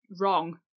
wrong